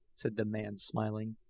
said the man, smiling.